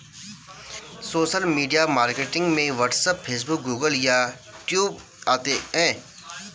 social media marketing में WhatsApp Facebook Google YouTube आदि आते है